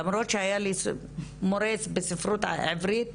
למרות שהיה לי מורה לספרות עברית